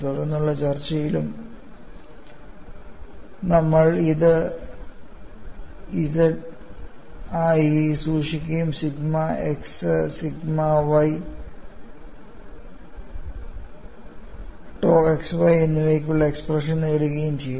തുടർന്നുള്ള ചർച്ചയിലും നമ്മൾ ഇത് Z ആയി സൂക്ഷിക്കുകയും sigma x sigma y tau xyഎന്നിവയ്ക്കുള്ള എക്സ്പ്രഷൻ നേടുകയും ചെയ്യും